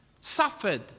suffered